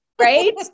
right